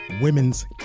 women's